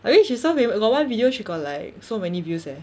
I mean she's so fa~ got one video she got like so many views eh